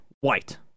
White